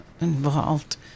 involved